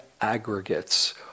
aggregates